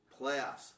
Playoffs